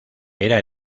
era